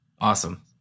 Awesome